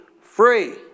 free